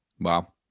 wow